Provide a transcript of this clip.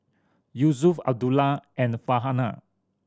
Yusuf Abdullah and Farhanah